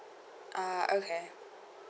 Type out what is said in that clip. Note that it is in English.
ah okay